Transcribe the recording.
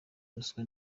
ruswa